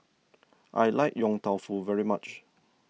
I like Yong Tau Foo very much